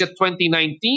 2019